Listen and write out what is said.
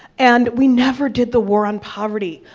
and we never did the war on poverty.